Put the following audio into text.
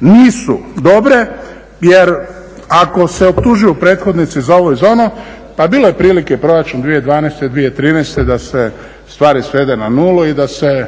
nisu dobre jer ako se optužuju prethodnici za ovo i za ono pa bilo je prilike Proračun 2012., 2013. da se stvari svedu na nulu i da se